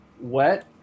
wet